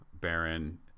baron